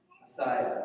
Messiah